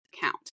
count